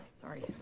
sorry